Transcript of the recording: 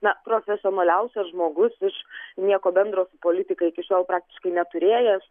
na profesionaliausias žmogus iš nieko bendro su politika iki šiol praktiškai neturėjęs